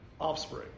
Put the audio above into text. offspring